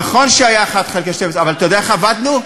נכון שהיה 1 חלקי 12, אבל אתה יודע איך עבדנו?